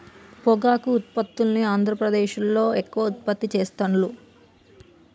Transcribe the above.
పొగాకు ఉత్పత్తుల్ని ఆంద్రప్రదేశ్లో ఎక్కువ ఉత్పత్తి చెస్తాండ్లు